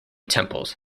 temples